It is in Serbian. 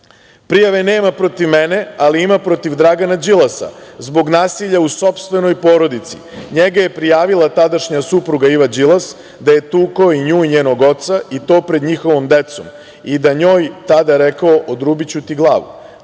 nema protiv mene, ali ima protiv Dragana Đilasa zbog nasilja u sopstvenoj porodici. Njega je prijavila tadašnja supruga, Iva Đilas da je tukao i nju i njenog oca i to pred njihovom decom i da je njoj tada rekao – odrubiću ti glavu.